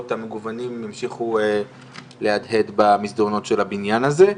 המגוונים ימשיכו להדהד במסדרונות של הבניין הזה,